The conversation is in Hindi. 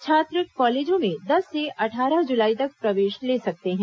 छात्र कॉलेजों में दस से अट्ठारह जुलाई तक प्रवेश ले सकते हैं